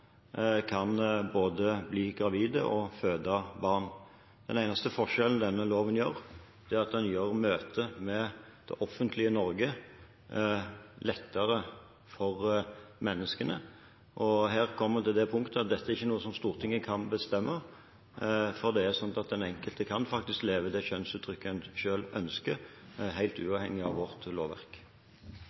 kan bli både gravide og føde barn. Den eneste forskjellen denne loven gjør, er at den gjør møtet med det offentlige Norge lettere for menneskene. Her kommer en til det punkt at dette ikke er noe som Stortinget kan bestemme, for den enkelte kan faktisk leve ut det kjønnsuttrykket en selv ønsker, helt uavhengig av vårt lovverk.